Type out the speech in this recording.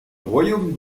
royaume